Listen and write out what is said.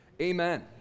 Amen